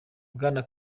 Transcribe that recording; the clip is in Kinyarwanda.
bwana